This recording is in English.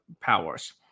powers